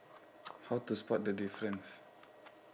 how to spot the difference